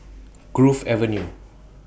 Grove Avenue